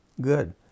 good